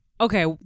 Okay